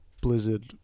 Blizzard